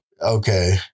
Okay